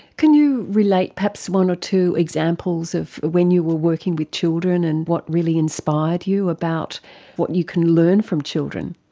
can you relate perhaps one or two examples of when you were working with children and what really inspired you about what you can learn from children?